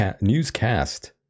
newscast